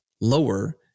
lower